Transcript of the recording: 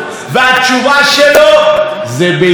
בידיעת ראש הממשלה.